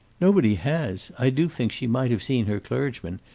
nobody has. i do think she might have seen her clergyman.